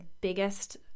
biggest